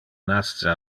nasce